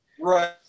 Right